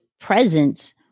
presence